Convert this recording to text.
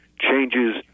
changes